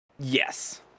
yes